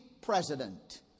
president